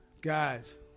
guys